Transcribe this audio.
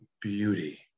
beauty